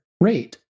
rate